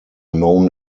known